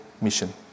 mission